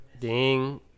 Ding